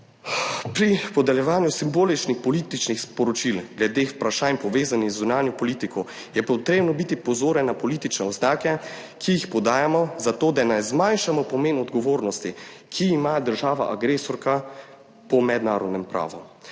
pri podeljevanju simboličnih političnih sporočil glede vprašanj, povezanih z zunanjo politiko, je potrebno biti pozoren na politične oznake, ki jih podajamo za to, da ne zmanjšamo pomen odgovornosti, ki jo ima država agresorka po mednarodnem pravu.